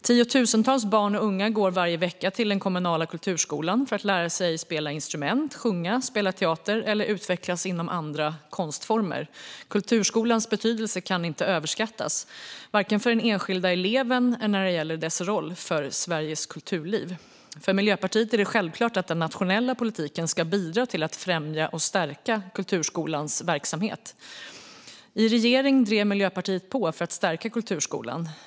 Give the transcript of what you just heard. Tiotusentals barn och unga går varje vecka till den kommunala kulturskolan för att lära sig spela instrument, sjunga, spela teater eller utvecklas inom andra konstformer. Kulturskolans betydelse kan inte överskattas, varken för den enskilda eleven eller när det gäller dess roll för Sveriges kulturliv. För Miljöpartiet är det självklart att den nationella politiken ska bidra till att främja och stärka kulturskolans verksamhet. I regering drev Miljöpartiet på för att stärka kulturskolan.